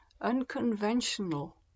Unconventional